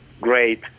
great